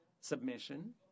submission